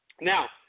Now